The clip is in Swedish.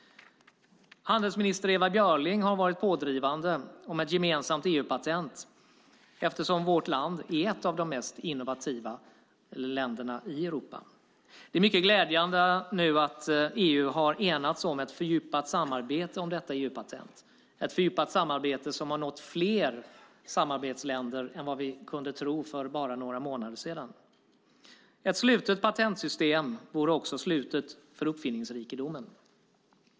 Handelsminister Ewa Björling har varit pådrivande om ett gemensamt EU-patent eftersom vårt land är ett av de mest innovativa länderna i Europa. Det är mycket glädjande att EU nu har enats om ett fördjupat samarbete om detta EU-patent. Det är ett samarbete som har nått fler länder än vi kunde tro för bara några månader sedan. Ett slutet patentsystem vore också slutet för uppfinningsrikedomen.